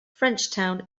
frenchtown